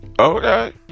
Okay